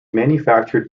manufactured